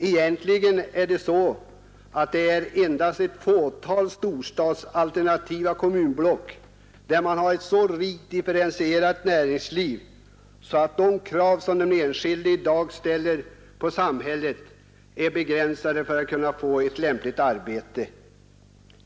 Egentligen är det endast ett fåtal storstadsalternativa kommunblock där man har ett så rikt differentierat näringsliv, att de krav den enskilde i dag ställer på samhället att kunna få ett lämpligt arbete kan realiseras.